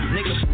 Nigga